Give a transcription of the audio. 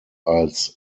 als